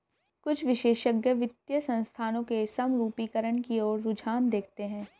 कुछ विशेषज्ञ वित्तीय संस्थानों के समरूपीकरण की ओर रुझान देखते हैं